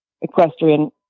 equestrian